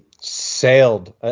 sailed